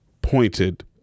pointed